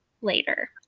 later